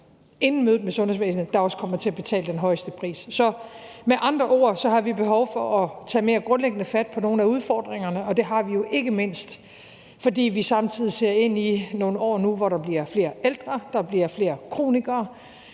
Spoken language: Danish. inden mødet med sundhedsvæsenet, der også kommer til at betale den højeste pris. Med andre ord har vi behov for at tage mere grundlæggende fat på nogle af udfordringerne, og det har vi jo ikke mindst, fordi vi samtidig ser ind i nogle år, hvor der bliver flere ældre, hvor der